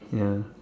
ya